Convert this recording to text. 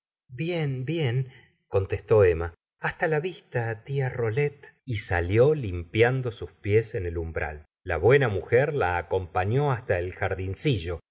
bien bien contestó emma hasta la vista tia rollet y salió limpiando sus pies en el umbral la buena mujer la acompañó hasta el jardincillo